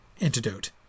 antidote